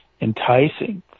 enticing